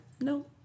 No